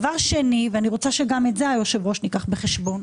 דבר שני, ואני רוצה שגם את זה ניקח בחשבון,